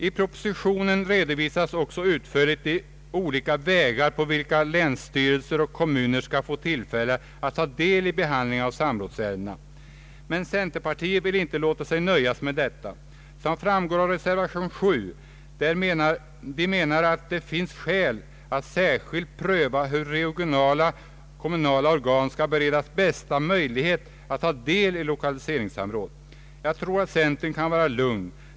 I propositionen redovisas också utförligt de olika vägar på vilka länsstyrelser och kommuner skall få tillfälle att ta del i behandlingen av samrådsärenden. Men centerpartiet vill inte låta sig nöja med detta, som framgår av reservation 7. Centern menar att det finns skäl att särskilt pröva hur regionala och kommunala organ skall beredas bästa möjligheter att ta del i lokaliseringssamråd. Jag tror att centern kan vara lugn.